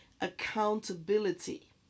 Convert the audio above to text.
accountability